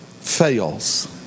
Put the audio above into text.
fails